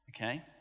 okay